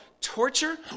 torture